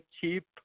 cheap